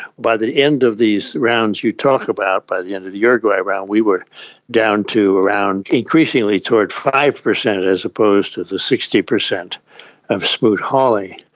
by the end of these rounds you talk about, by the end of the uruguay round we were down to around, increasingly towards five percent and as opposed to the sixty percent of smoot-hawley.